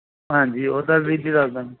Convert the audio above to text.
ਹਾਂਜੀ ਉਹਦਾ ਵਿੱਚ ਕਰ ਦਾਂਗੇ